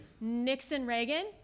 Nixon-Reagan